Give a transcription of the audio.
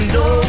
no